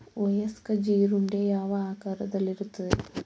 ವಯಸ್ಕ ಜೀರುಂಡೆ ಯಾವ ಆಕಾರದಲ್ಲಿರುತ್ತದೆ?